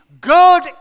good